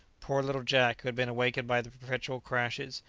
poor little jack, who been awakened by the perpetual crashes,